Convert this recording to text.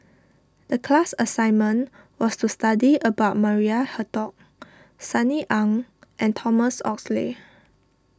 the class assignment was to study about Maria Hertogh Sunny Ang and Thomas Oxley